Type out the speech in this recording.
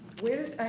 where's.